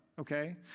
okay